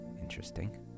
interesting